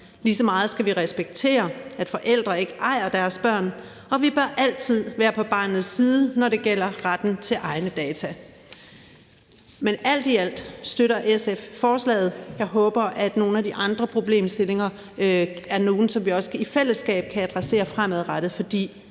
lige så meget skal vi respektere, at forældre ikke ejer deres børn, og vi bør altid være på barnets side, når det gælder retten til egne data. Men alt i alt støtter SF forslaget. Jeg håber, at nogle af de andre problemstillinger er nogle, som vi også i fællesskab kan adressere fremadrettet, for